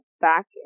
back